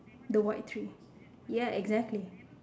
the white tree ya exactly